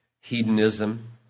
hedonism